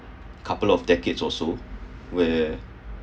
couple of decades or so where